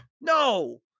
No